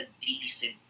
decent